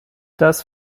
das